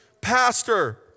Pastor